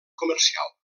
comercial